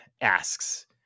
asks